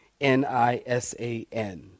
N-I-S-A-N